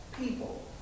people